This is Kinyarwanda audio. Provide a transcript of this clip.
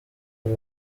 uri